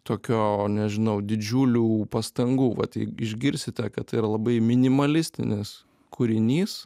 tokio nežinau didžiulių pastangų va i išgirsite kad tai yra labai minimalistinis kūrinys